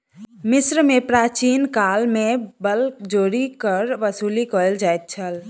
मिस्र में प्राचीन काल में बलजोरी कर वसूली कयल जाइत छल